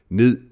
ned